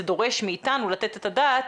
זה דורש מאיתנו לתת את הדעת